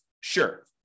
Sure